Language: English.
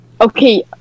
Okay